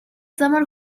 замаар